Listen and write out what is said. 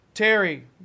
Terry